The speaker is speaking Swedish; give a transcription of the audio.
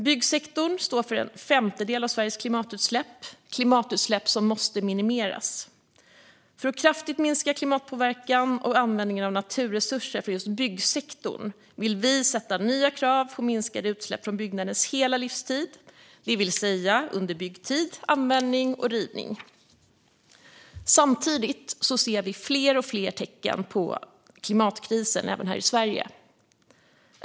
Byggsektorn står för en femtedel av Sveriges klimatutsläpp - klimatutsläpp som måste minimeras. För att kraftigt minska klimatpåverkan och användningen av naturresurser från just byggsektorn vill vi ställa nya krav på minskade utsläpp under byggnadens hela livstid, det vill säga under byggtid, användning och rivning. Samtidigt ser vi fler och fler tecken på klimatkrisen även här i Sverige.